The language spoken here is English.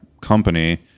company